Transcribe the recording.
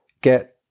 get